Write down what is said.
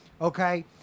okay